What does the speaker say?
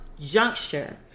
juncture